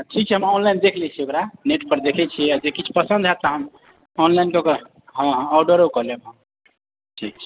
तऽ ठीक छै हम ऑनलाइन देख लैत छियै ओकरा नेटपर देखै छियै आ जे किछु पसन्द हैत तऽ हम ऑनलाइन कऽ कऽ हँ हँ ऑर्डेरो कऽ लेब हम ठीक छै